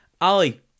Ali